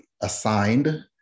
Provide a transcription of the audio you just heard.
assigned